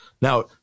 Now